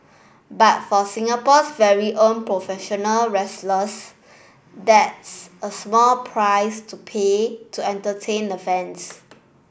but for Singapore's very own professional wrestlers that's a small price to pay to entertain the fans